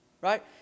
Right